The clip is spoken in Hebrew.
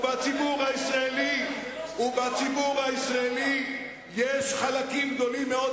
בציבור הישראלי יש חלקים גדולים מאוד,